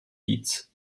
diez